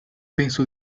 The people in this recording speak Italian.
penso